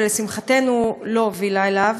ולשמחתנו לא הובילה אליו,